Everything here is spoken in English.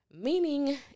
meaning